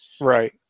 Right